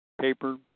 paper